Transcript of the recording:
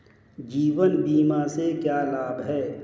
जीवन बीमा से क्या लाभ हैं?